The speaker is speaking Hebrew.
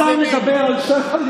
בשביל זה הוא שלח אתכם הביתה.